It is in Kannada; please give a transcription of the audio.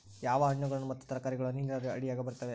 ಯಾವ ಹಣ್ಣುಗಳು ಮತ್ತು ತರಕಾರಿಗಳು ಹನಿ ನೇರಾವರಿ ಅಡಿಯಾಗ ಬರುತ್ತವೆ?